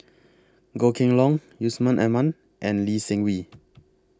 Goh Kheng Long Yusman Aman and Lee Seng Wee